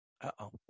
uh-oh